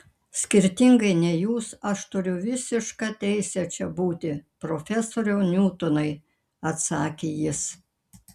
skirtingai nei jūs aš turiu visišką teisę čia būti profesoriau niutonai atsakė jis